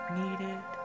needed